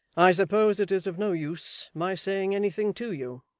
i suppose it is of no use my saying anything to you